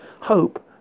hope